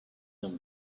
them